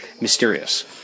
mysterious